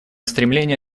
стремление